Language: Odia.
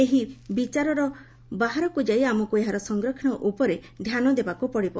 ଏହି ବିଚାରର ବାହାରକୁ ଯାଇ ଆମକୁ ଏହାର ସଂରକ୍ଷଣ ଉପରେ ଧାନ ଦେବାକୁ ପଡ଼ିବ